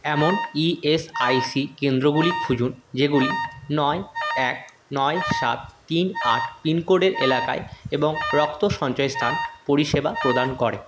এমন E S I C কেন্দ্রগুলি খুঁজুন যেগুলি নয় এক নয় সাত তিন আট পিনকোডের এলাকায় এবং রক্ত সঞ্চয়স্থান পরিষেবা প্রদান করে